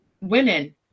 Women